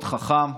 מאוד חכם.